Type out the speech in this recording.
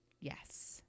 yes